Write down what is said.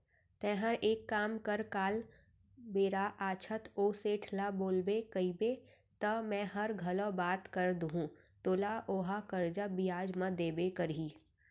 तैंहर एक काम कर काल बेरा आछत ओ सेठ ल बोलबे कइबे त मैंहर घलौ बात कर दूहूं तोला ओहा करजा बियाज म देबे करही